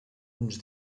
uns